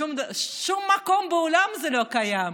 בשום מקום בעולם זה לא קיים.